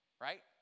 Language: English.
Right